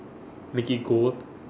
make it gold